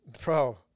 bro